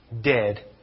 dead